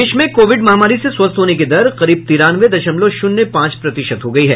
देश में कोविड महामारी से स्वस्थ होने की दर करीब तिरानवे दशमलव शून्य पांच प्रतिशत हो गई है